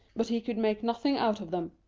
but he could make nothing out of them.